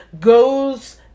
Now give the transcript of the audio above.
goes